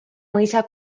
mõisa